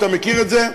אתה מכיר את זה,